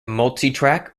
multitrack